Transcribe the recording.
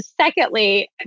secondly